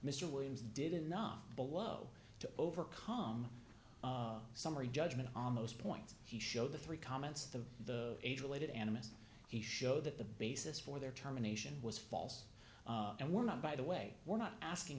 mr williams did enough below to overcome summary judgment on most points he showed the three comments the age related animism he showed that the basis for their terminations was false and were not by the way we're not asking